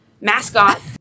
mascot